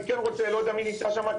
אני לא יודע מי נמצא שמה,